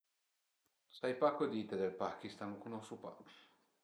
Sai pa co dite dël Pakistan, lu cunosu pa